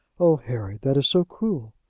oh, harry! that is so cruel!